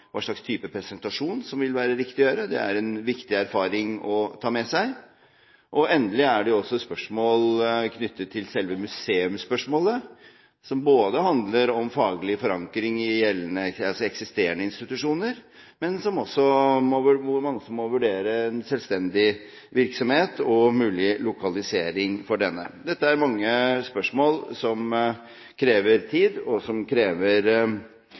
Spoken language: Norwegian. er en viktig erfaring å ta med seg. Og endelig er det også spørsmål knyttet til selve museumsspørsmålet, som handler om faglig forankring i eksisterende institusjoner, hvor man også må vurdere en selvstendig virksomhet, og mulig lokalisering for denne. Dette er mange spørsmål som krever tid, og som krever